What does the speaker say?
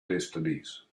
destinies